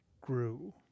grew